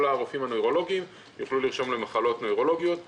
כל הרופאים הנוירולוגים יוכלו לרשום למחלות נוירולוגיות וכו'